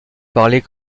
parler